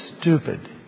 stupid